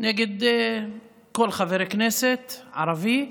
נגד כל חבר כנסת ערבי,